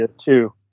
two